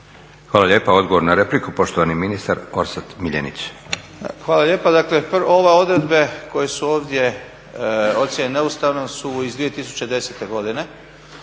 Hvala lijepa. Odgovor na repliku poštovani ministar Orsat MIljenić. **Miljenić, Orsat** Hvala lijepa. Ove odredbe koje su ovdje ocijenjene neustavnom su iz 2010.godine,